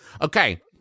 Okay